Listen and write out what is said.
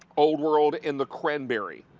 old world in the cranberry.